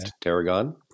tarragon